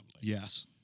Yes